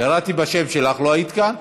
קראתי בשם שלך, לא היית כאן.